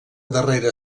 darrera